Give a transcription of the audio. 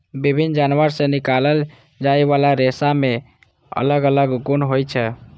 विभिन्न जानवर सं निकालल जाइ बला रेशा मे अलग अलग गुण होइ छै